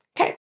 Okay